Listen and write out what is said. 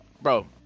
Bro